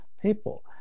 people